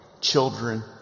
children